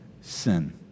sin